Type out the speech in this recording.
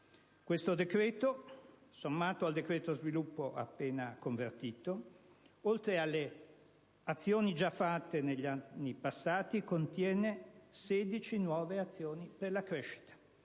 Questo decreto, sommato al decreto sviluppo appena convertito, oltre alle azioni già fatte negli anni passati, contiene 16 nuove azioni per la crescita: